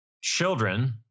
children